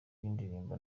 y’indirimbo